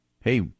hey